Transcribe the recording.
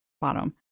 bottom